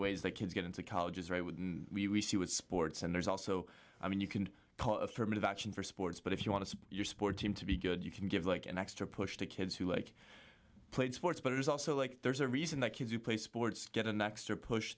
ways that kids get into colleges right with we we see with sports and there's also i mean you can call affirmative action for sports but if you want to see your sport team to be good you can give like an extra push to kids who like played sports but it is also like there's a reason that kids who play sports get an extra push